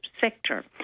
sector